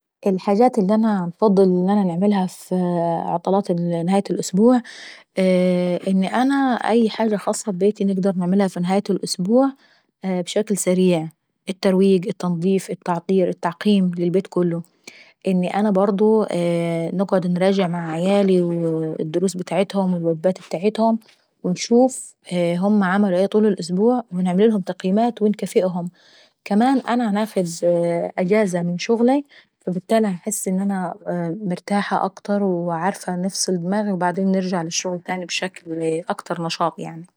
الحاجات اللي انا عنفضل نعملها في نهاي عطلات نهاية الأسبوع هي ان انا أي حاجة خاصة في بيتي نقدر نعملها في نهاية الأسبوع ابشكل سريع: الترويق ، التنضيف، الالتعكير، التعقيم في البيت كله. انا برضه نقعد انراجع مع عيالي الدروس بتاعتهم والوجبات ابتعاهم ونشوف هما عملوا ايه طول الاسبوع، ونعمل لهم تقييمات ونكافئهم. كمان انا ناخد اجازة من شغلاي وبالتالي باحس ان انا مرتاحة اكتر وعارفة نفصل ضماغي ونرجع اكتر نشاط مما كنت يعنيا.